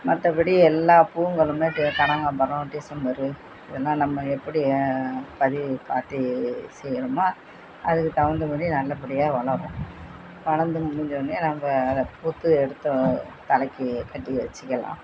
மற்றப்படி எல்லா பூக்களுமே கனகாம்பரம் டிசம்பர் எல்லாம் நம்ம எப்படி பதி பாத்தி செய்கிறோமோ அதுக்கு தகுந்த மாதிரி நல்லப்படியாக வளரும் வளர்ந்து முடிந்த ஒடனே நம்ம அதை பூத்து எடுத்து தலைக்கு கட்டி வச்சிக்கலாம்